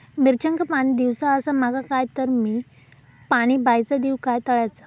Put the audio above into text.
मिरचांका पाणी दिवचा आसा माका तर मी पाणी बायचा दिव काय तळ्याचा?